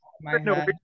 No